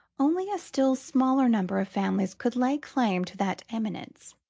only a still smaller number of families could lay claim to that eminence.